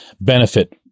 benefit